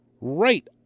right